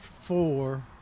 four